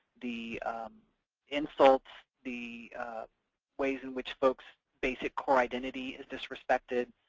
the insults, the ways in which folks face a core identity is disrespected,